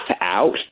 out